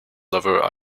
lover